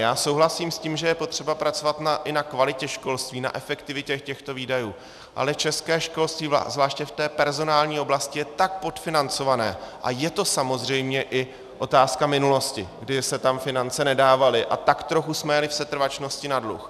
Já souhlasím s tím, že je potřeba pracovat i na kvalitě školství, na efektivitě těchto výdajů, ale české školství zvláště v té personální oblasti je tak podfinancované a je to samozřejmě i otázka minulosti, kdy se tam finance nedávaly a tak trochu jsme jeli v setrvačnosti na dluh.